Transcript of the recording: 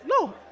No